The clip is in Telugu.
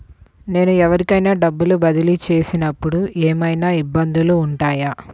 నేను ఎవరికైనా డబ్బులు బదిలీ చేస్తునపుడు ఏమయినా ఇబ్బందులు వుంటాయా?